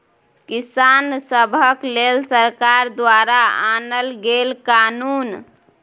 किसान सभक लेल सरकार द्वारा आनल गेल कानुन